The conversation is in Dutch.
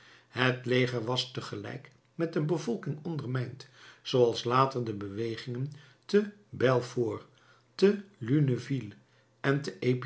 het leger was tegelijk met de bevolking ondermijnd zooals later de bewegingen te belfort te luneville en te